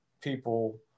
people